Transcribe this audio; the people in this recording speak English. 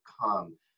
come